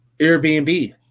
Airbnb